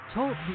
Talk